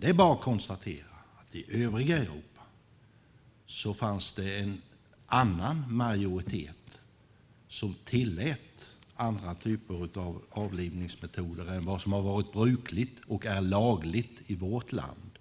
Det är bara att konstatera att i övriga Europa fanns det en annan majoritet som tillät andra typer av avlivningsmetoder än vad som har varit brukligt och är lagligt i vårt land.